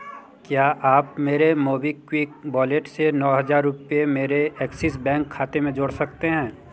क्या आप मेरे मोबीक्विक बॉलेट से नौ हजार रुपेय मेरे एक्सिज़ बैंक खाते से जोड़ सकते हैं